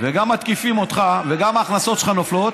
וגם מתקיפים אותך וגם ההכנסות שלך נופלות,